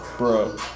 Bro